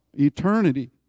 eternity